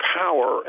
power